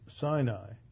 Sinai